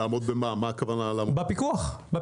למה הכוונה לעמוד בזה?